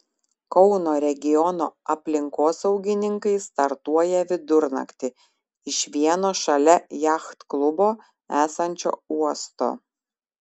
kauno regiono aplinkosaugininkai startuoja vidurnaktį iš vieno šalia jachtklubo esančio uosto